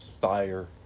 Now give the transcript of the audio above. fire